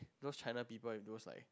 those China people and those like